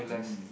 mm